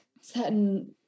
certain